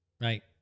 Right